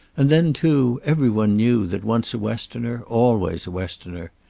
and then, too, everyone knew that once a westerner always a westerner.